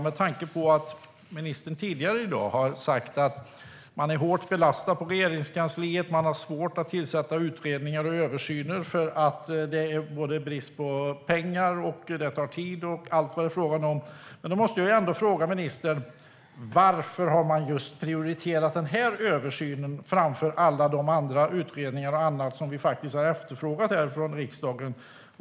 Med tanke på att ministern tidigare i dag har sagt att man är hårt belastad på Regeringskansliet och har svårt att tillsätta utredningar och översyner därför att det är brist på pengar, att det tar tid och allt vad det är fråga om, måste jag fråga ministern: Varför har man prioriterat just den här översynen framför alla de andra utredningar och annat som vi har efterfrågat från riksdagen?